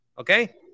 okay